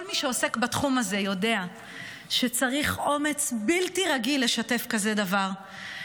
כל מי שעוסק בתחום יודע שצריך אומץ בלתי רגיל לשתף דבר כזה.